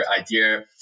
idea